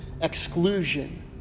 exclusion